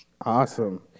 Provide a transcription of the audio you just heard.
awesome